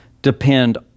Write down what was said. depend